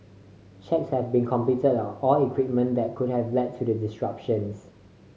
checks have been completed on all equipment that could have led to the disruptions